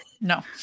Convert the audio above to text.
No